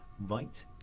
right